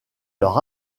leur